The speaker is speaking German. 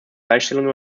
gleichstellung